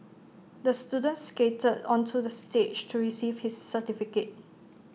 the student skated onto the stage to receive his certificate